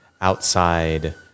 outside